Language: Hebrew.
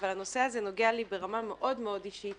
אבל הנושא הזה נוגע לי ברמה מאוד מאוד אישית.